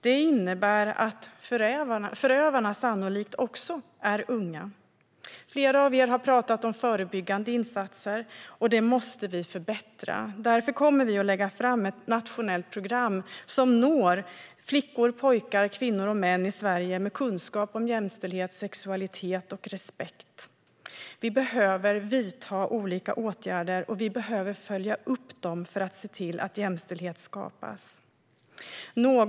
Det innebär att förövarna sannolikt också är unga. Flera av er har pratat om förebyggande insatser. Dem måste vi förbättra. Därför kommer vi att lägga fram förslag om ett nationellt program för kunskap om jämställdhet, sexualitet och respekt. Programmet ska nå flickor, pojkar, kvinnor och män i Sverige. Vi behöver vidta olika åtgärder, och vi behöver följa upp dem för att se till att jämställdhet skapas.